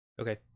Okay